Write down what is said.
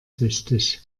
süchtig